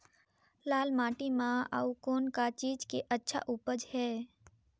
लाल माटी म अउ कौन का चीज के अच्छा उपज है?